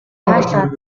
цаашлаад